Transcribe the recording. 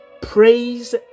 praise